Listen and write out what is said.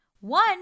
One